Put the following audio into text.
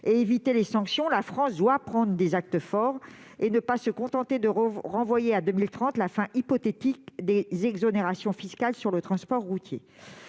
éviter les sanctions, la France doit agir fortement et ne pas se contenter de renvoyer à 2030 la fin hypothétique des exonérations fiscales sur le transport routier.